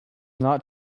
not